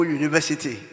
university